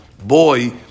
boy